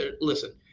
listen